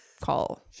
Call